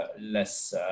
less